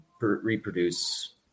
reproduce